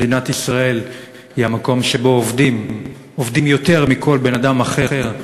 מדינת ישראל היא המקום שבו עובדים יותר מכל בן-אדם אחר,